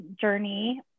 journey